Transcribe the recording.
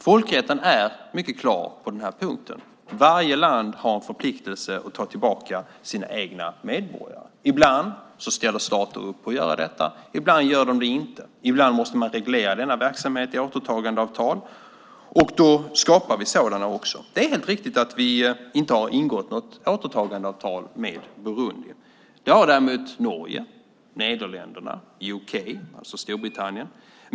Folkrätten är mycket klar på den här punkten. Varje land har en förpliktelse att ta tillbaka sina egna medborgare. Ibland ställer stater upp på att göra detta. Ibland gör de det inte. Ibland måste man reglera denna verksamhet i återtagandeavtal, och då skapar vi sådana. Det är helt riktigt att vi inte har ingått något återtagandeavtal med Burundi. Det har däremot Norge, Nederländerna och UK, alltså Storbritannien, gjort.